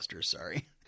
Sorry